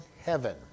heaven